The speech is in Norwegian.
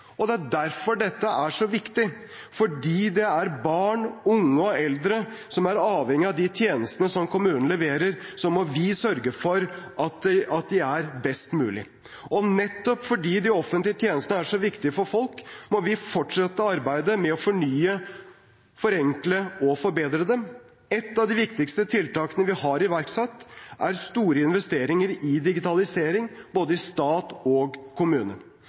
Ja, og nettopp derfor er dette så viktig. Fordi det er barn, unge og eldre som er avhengige av de tjenestene kommunene leverer, må vi sørge for at de er best mulig. Og nettopp fordi de offentlige tjenestene er så viktige for folk, må vi fortsette arbeidet med å fornye, forenkle og forbedre dem. Et av de viktigste tiltakene vi har iverksatt, er store investeringer i digitalisering i både stat og kommune.